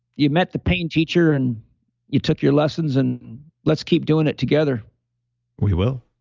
you met the pain teacher and you took your lessons and let's keep doing it together we will